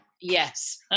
Yes